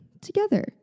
together